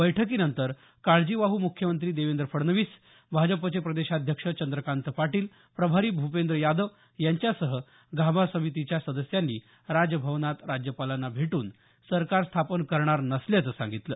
बैठकीनंतर काळजीवाहू मुख्यमंत्री देवेंद्र फडणवीस भाजपचे प्रदेशाध्यक्ष चंद्रकांत पाटील प्रभारी भुपेंद्र यादव यांच्यासह गाभा समितीच्या सदस्यांनी राजभवनात राज्यपालांना भेटून सरकार स्थापन करणार नसल्याचं सांगितलं